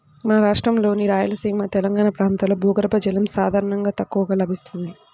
మన రాష్ట్రంలోని రాయలసీమ, తెలంగాణా ప్రాంతాల్లో భూగర్భ జలం సాధారణంగా తక్కువగా లభిస్తుంది